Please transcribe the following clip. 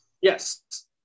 Yes